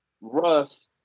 Russ